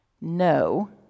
No